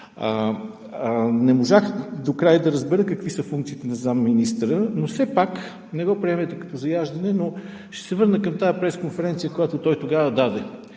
Не можах докрай да разбера какви са функциите на заместник-министъра. Все пак, не го приемайте като заяждане, но ще се върна към пресконференцията, която той тогава даде.